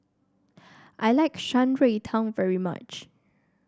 I like Shan Rui Tang very much